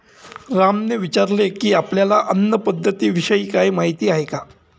रामने विचारले की, आपल्याला अन्न पद्धतीविषयी काही माहित आहे का?